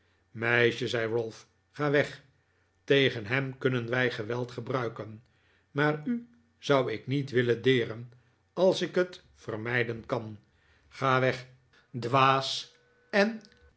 meisje zei ralph ga weg tegen hem kunnen wij geweld gebruiken maar u zou ik niet willen deren als ik het vermijden kan ga weg dwaas en